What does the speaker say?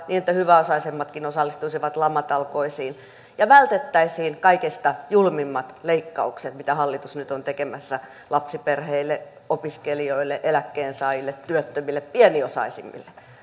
niin että hyväosaisemmatkin osallistuisivat lamatalkoisiin ja vältettäisiin kaikista julmimmat leikkaukset mitä hallitus nyt on tekemässä lapsiperheille opiskelijoille eläkkeensaajille työttömille pieniosaisimmille